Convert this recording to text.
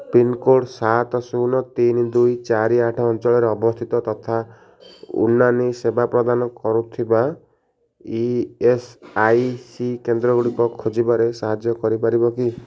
pin code ସାତ ଶୂନ ତିନି ଦୁଇ ଚାରି ଆଠ ଅଞ୍ଚଳରେ ଅବସ୍ଥିତ ତଥା ଉନାନି ସେବା ପ୍ରଦାନ କରୁଥିବା ଇ ଏସ୍ଆଇସି କେନ୍ଦ୍ରଗୁଡ଼ିକ ଖୋଜିବାରେ ସାହାଯ୍ୟ କରିପାରିବ କି